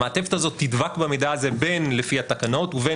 המעטפת הזאת תדבק במידע הזה בין לפי התקנות ובין